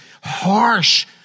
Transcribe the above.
harsh